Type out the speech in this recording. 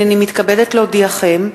הנני מתכבדת להודיעכם,